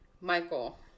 Michael